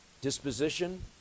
disposition